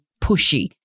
pushy